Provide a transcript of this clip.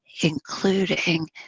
including